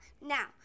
now